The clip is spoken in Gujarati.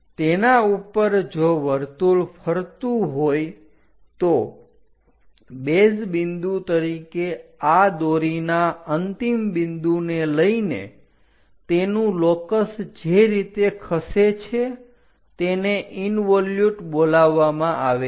તેના ઉપર જો વર્તુળ ફરતું હોય તો બેઝ બિંદુ તરીકે આ દોરીના અંતિમ બિંદુને લઈને તેનું લોકસ જે રીતે ખસે છે તેને ઇન્વોલ્યુટ બોલાવવામાં આવે છે